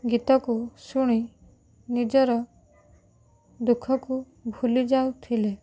ଗୀତକୁ ଶୁଣି ନିଜର ଦୁଃଖକୁ ଭୁଲି ଯାଉଥିଲେ